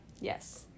Yes